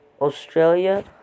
Australia